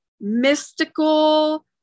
mystical